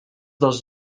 dels